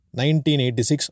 1986